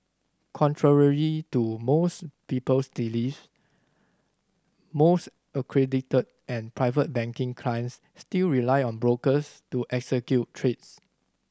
contrary to most people's belief most accredited and private banking clients still rely on brokers to execute trades